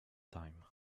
time